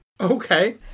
Okay